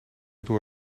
door